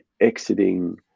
exiting